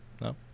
No